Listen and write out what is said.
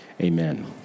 Amen